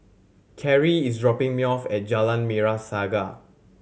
Karie is dropping me off at Jalan Merah Saga